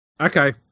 Okay